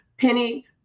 Penny